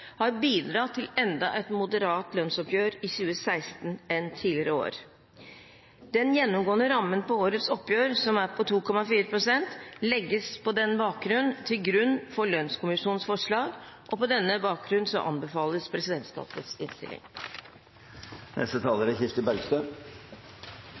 har bidratt til et mer moderat lønnsoppgjør i 2016 enn tidligere år. Den gjennomgående rammen på årets oppgjør, som er på 2,4 pst., legges på den bakgrunn til grunn for lønnskommisjonens forslag, og på denne bakgrunn anbefales presidentskapets